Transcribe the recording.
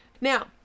Now